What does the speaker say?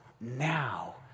now